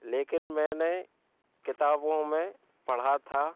लेकिन मैंने किताबों में पढ़ा था